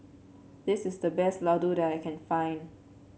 this is the best laddu that I can find